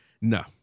No